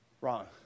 Wrong